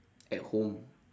at home